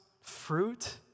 fruit